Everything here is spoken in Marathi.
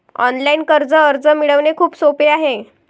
ऑनलाइन कर्ज अर्ज मिळवणे खूप सोपे आहे